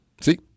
See